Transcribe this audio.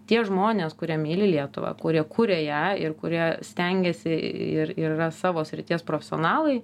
tie žmonės kurie myli lietuvą kurie kuria ją ir kurie stengiasi ir ir yra savo srities profesionalai